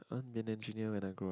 I want be an engineer when I grow up